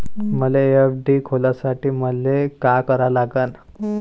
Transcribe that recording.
मले एफ.डी खोलासाठी मले का करा लागन?